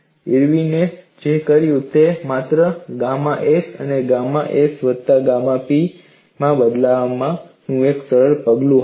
ઇરવિને જે કર્યું તે માત્ર ગામા s ને ગામા s વત્તા ગામા p માં બદલવાનું એક સરળ પગલું હતું